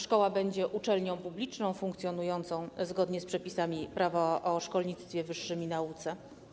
Szkoła będzie uczelnią publiczną funkcjonującą zgodnie z przepisami Prawa o szkolnictwie wyższym i nauce.